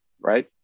Right